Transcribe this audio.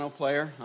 player